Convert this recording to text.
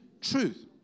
truth